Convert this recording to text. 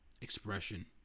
Expression